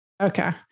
Okay